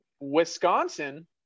Wisconsin